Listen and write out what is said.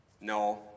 No